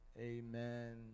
Amen